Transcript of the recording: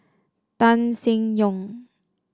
Tan Seng Yong